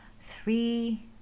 three